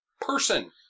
person